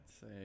say